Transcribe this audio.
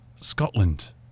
scotland